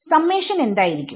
summation എന്തായിരിക്കും